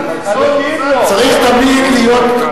צריך להיות,